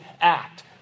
act